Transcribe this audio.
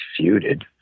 feuded